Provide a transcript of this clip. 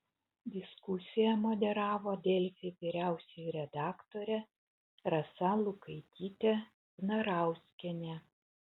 diskusiją moderavo delfi vyriausioji redaktorė rasa lukaitytė vnarauskienė